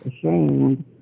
ashamed